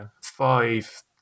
five